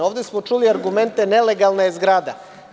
Ovde smo čuli argumente – nelegalna je zgrada.